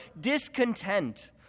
discontent